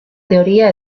teoría